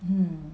mm